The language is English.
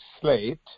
slate